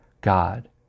God